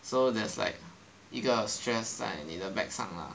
so there's like 一个 stress 在你的 back 上 lah